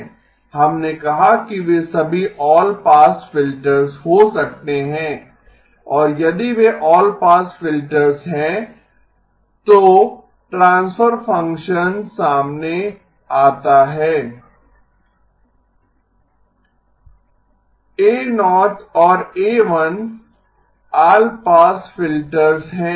हमने कहा कि वे सभी ऑल पास फिल्टर्स हो सकते हैं और यदि वे ऑल पास फिल्टर्स हैं तो ट्रांसफर फंक्शन सामने आता है A0 और A1 ऑल पास फिल्टर्स हैं